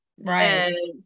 Right